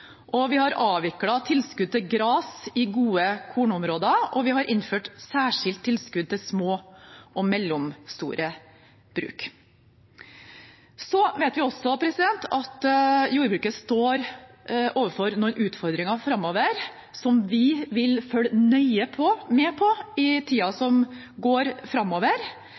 vi har avviklet tilskuddet til gras i gode kornområder, og vi har innført særskilt tilskudd til små og mellomstore bruk. Vi vet også at jordbruket står overfor noen utfordringer framover, som vi vil følge nøye med på i tiden som